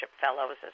fellows